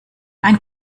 ein